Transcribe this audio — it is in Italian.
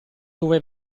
dove